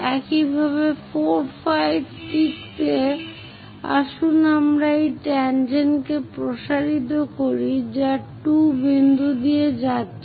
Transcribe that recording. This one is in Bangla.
একইভাবে 4 5 এবং 6 এ আসুন আমরা এই ট্যাংজেন্ট কে প্রসারিত করি যা 2 বিন্দু দিয়ে যাচ্ছে